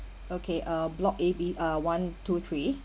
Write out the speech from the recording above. okay uh block A B uh one two three